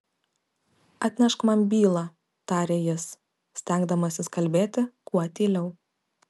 atnešk man bylą tarė jis stengdamasis kalbėti kuo tyliau